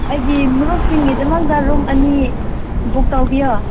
ꯑꯩꯒꯤ ꯃꯔꯨꯞꯁꯤꯡꯒꯤꯗꯃꯛꯇ ꯔꯨꯝ ꯑꯅꯤ ꯕꯨꯛ ꯇꯧꯕꯤꯌꯣ